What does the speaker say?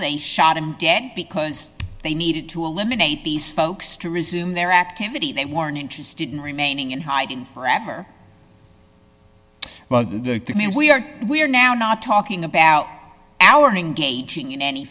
they shot him dead because they needed to eliminate these folks to resume their activity they weren't interested in remaining in hiding forever but in the mean we are we are now not talking about our ning gauging